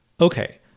Okay